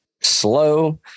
slow